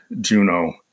Juno